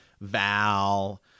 Val